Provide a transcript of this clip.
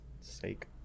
Sake